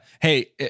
hey